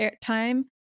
time